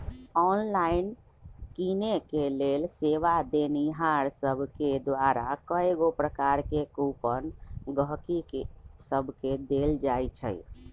online किनेके लेल सेवा देनिहार सभके द्वारा कएगो प्रकार के कूपन गहकि सभके देल जाइ छइ